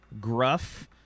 gruff